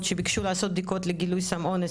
שביקשו לעשות בדיקות לגילוי סם אונס,